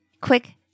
quick